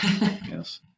Yes